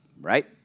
right